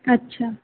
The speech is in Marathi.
अच्छा